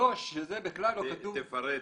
תפרט.